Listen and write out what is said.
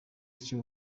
cyo